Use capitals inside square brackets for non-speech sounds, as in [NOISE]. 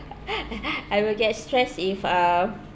[LAUGHS] I will get stress if um